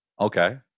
Okay